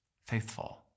faithful